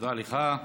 תודה לך.